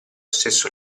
stesso